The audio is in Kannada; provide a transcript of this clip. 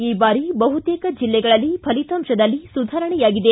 ಈ ಬಾರಿ ಬಹುತೇಕ ಬೆಲ್ಲೆಗಳಲ್ಲಿ ಫಲಿತಾಂಶದಲ್ಲಿ ಸುಧಾರಣೆಯಾಗಿದೆ